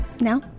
Now